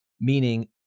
Meaning